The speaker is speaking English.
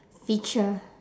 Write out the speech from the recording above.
feature